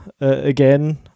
again